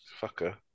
fucker